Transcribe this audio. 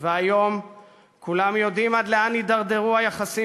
והיום כולם יודעים עד לאן התדרדרו היחסים